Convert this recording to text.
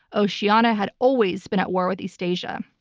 oceania had always been at war with eastasia.